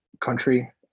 country